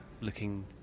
looking